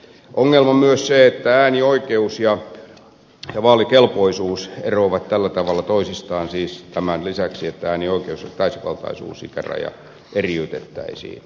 ongelma on myös se että äänioikeus ja vaalikelpoisuus eroavat tällä tavalla toisistaan siis tämän lisäksi että äänioikeus ja täysivaltaisuusikäraja eriytettäisiin